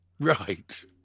Right